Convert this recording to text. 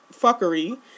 fuckery